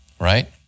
right